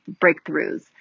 breakthroughs